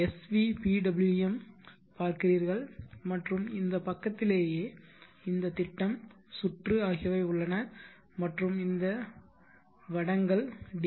sch பார்க்கிறீர்கள் மற்றும் இந்த பக்கத்திலேயே இந்த திட்டம் சுற்று ஆகியவை உள்ளன மற்றும் இந்த வட்டங்கள் டி